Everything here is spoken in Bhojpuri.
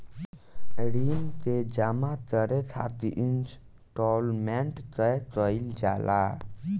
ऋण के जामा करे खातिर इंस्टॉलमेंट तय कईल जाला